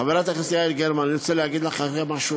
אני רוצה להגיד משהו,